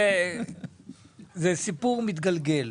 זה סיפור מתגלגל,